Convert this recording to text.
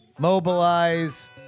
Mobilize